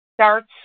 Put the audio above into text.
starts